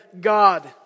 God